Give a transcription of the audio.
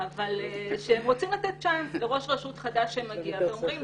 אבל הם רוצים לתת צ'אנס לראש רשות חדש שמגיע ואומרים